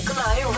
Glow